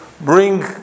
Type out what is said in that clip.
bring